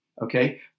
Okay